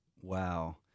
Wow